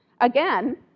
Again